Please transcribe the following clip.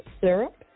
syrup